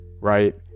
Right